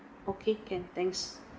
okay can thanks